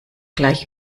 gleich